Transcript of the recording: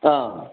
ꯑꯥ